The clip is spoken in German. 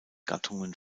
gattungen